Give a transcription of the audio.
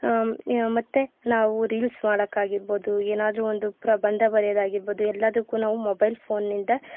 ಮತ್ತೆ ನಾವು ರೀಲ್ಸ್ ಮಾಡೋಕ್ಕಾಗಿರ್ಬೋದು ಏನಾದ್ರೂ ಒಂದು ಪ್ರಬಂಧ ಬರಿಯೋದಾಗಿರ್ಬೋದು ಎಲ್ಲದಕ್ಕೂ ನಾವು ಮೊಬೈಲ್ ಫೋನಿಂದ